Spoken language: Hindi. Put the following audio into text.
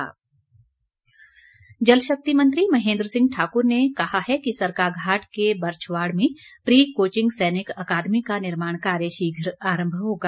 महेन्द्र सिंह जलशक्ति महेन्द्र सिंह ठाकुर ने कहा है कि सरकाघाट के बरच्छवाड़ में प्री कोचिंग सैनिक अकादमी का निर्माण कार्य शीघ्र आरंभ होगा